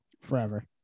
forever